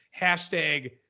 hashtag